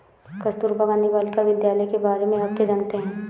कस्तूरबा गांधी बालिका विद्यालय के बारे में आप क्या जानते हैं?